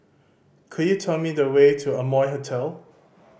could you tell me the way to Amoy Hotel